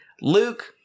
Luke